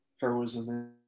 heroism